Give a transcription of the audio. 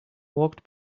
walked